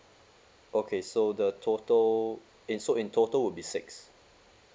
okay so the total in so in total will be six